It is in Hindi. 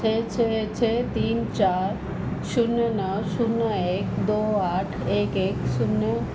छः छः छः तीन चार शून्य नौ शून्य एक दो आठ एक एक शून्य